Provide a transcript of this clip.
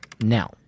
now